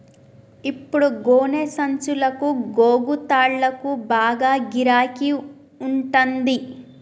ఇప్పుడు గోనె సంచులకు, గోగు తాళ్లకు బాగా గిరాకి ఉంటంది